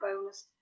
bonus